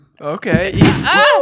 Okay